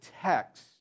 text